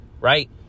right